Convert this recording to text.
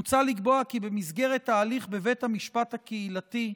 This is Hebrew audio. מוצע לקבוע כי במסגרת ההליך בבית המשפט הקהילתי,